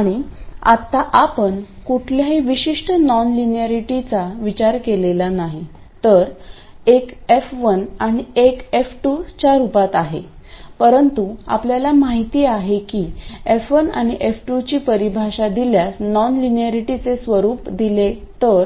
आणि आत्ता आपण कुठल्याही विशिष्ट नॉनलाइनरिटीचा विचार केलेला नाही तर एक f1 आणि एक f2 च्या रूपात आहे परंतु आपल्याला माहिती आहे की f1 आणि f2 ची परिभाषा दिल्यास नॉनलाइनरिटीचे स्वरूप दिले तर